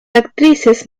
actrices